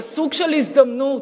זה סוג של הזדמנות,